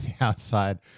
outside